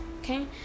Okay